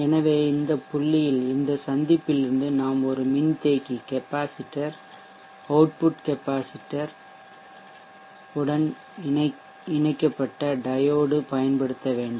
எனவே இந்த புள்ளியில் இந்த சந்திப்பிலிருந்து நாம் ஒரு மின்தேக்கி கெப்பாசிட்டர் அவுட்புட் கெப்பாசிட்டர் மின்தேக்கியுடன் இணைக்கப்பட்ட டையோடு பயன்படுத்த வேண்டும்